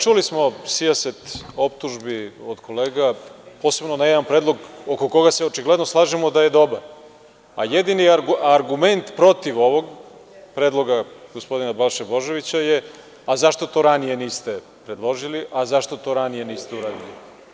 Čuli smo sijaset optužbi od kolega, posebno na jedan predlog oko koga se očigledno slažemo da je dobar, a jedini argument protiv ovog predloga gospodina Balše Božovića je – zašto to ranije niste predložili, zašto to ranije niste uradili?